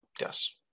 Yes